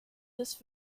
this